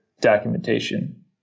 documentation